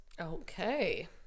Okay